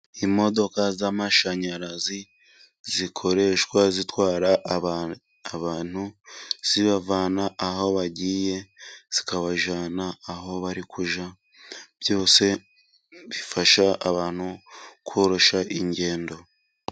Imodoka z'amashanyarazi zikoreshwa zitwara abantu, zibavana aho bagiye ,zikabajyana aho bari kujya ,byose bifasha abantu koroshya ingendo.